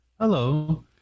Hello